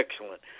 excellent